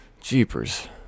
jeepers